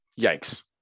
yikes